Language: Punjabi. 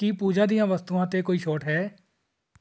ਕੀ ਪੂਜਾ ਦੀਆਂ ਵਸਤੂਆਂ 'ਤੇ ਕੋਈ ਛੋਟ ਹੈ